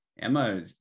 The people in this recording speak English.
Emma